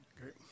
Great